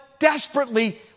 Desperately